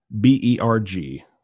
B-E-R-G